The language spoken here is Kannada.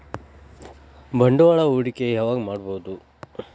ಬಂಡವಾಳ ಹೂಡಕಿ ಯಾವಾಗ್ ಮಾಡ್ಬಹುದು?